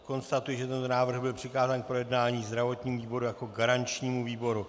Konstatuji, že tento návrh byl přikázán k projednání zdravotnímu výboru jako garančnímu výboru.